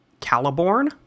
Caliborn